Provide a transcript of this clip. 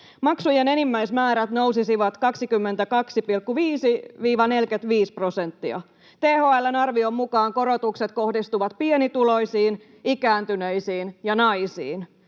Maksujen enimmäismäärät nousisivat 22,5—45 prosenttia. THL:n arvion mukaan korotukset kohdistuvat pienituloisiin, ikääntyneisiin ja naisiin,